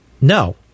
No